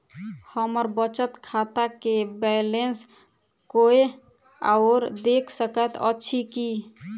हम्मर बचत खाता केँ बैलेंस कोय आओर देख सकैत अछि की